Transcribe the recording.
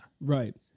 Right